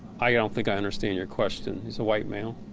i yeah don't think i understand your question. he's a white male.